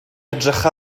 edrych